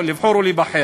לספר את סיפור המגילה.